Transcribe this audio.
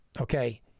okay